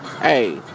hey